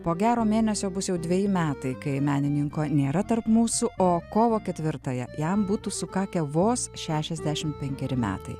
po gero mėnesio bus jau dveji metai kai menininko nėra tarp mūsų o kovo ketvirtąją jam būtų sukakę vos šešiasdešim penkeri metai